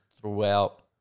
throughout